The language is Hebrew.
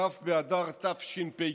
כ' באדר תשפ"ג,